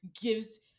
gives